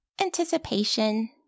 anticipation